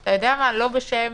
לא בשם